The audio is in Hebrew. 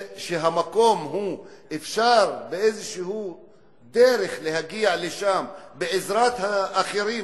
וכשאפשר באיזה דרך להגיע למקום בעזרת אחרים,